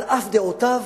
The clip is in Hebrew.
על אף דעותיו,